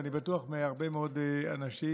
ואני בטוח שמהרבה מאוד אנשים.